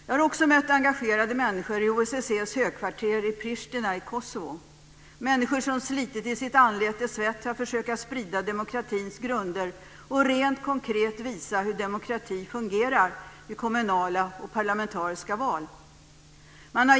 Jag har också mött engagerade människor i OSSE:s högkvarter i Pristina i Kosovo, människor som slitet i sitt anletes svett för att försöka sprida demokratins grunder och rent konkret visa hur demokrati fungerar vid kommunala och parlamentariska val.